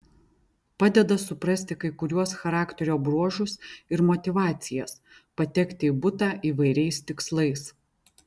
padeda suprasti kai kuriuos charakterio bruožus ir motyvacijas patekti į butą įvairiais tikslais